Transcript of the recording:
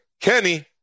Kenny